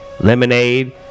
Lemonade